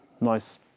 nice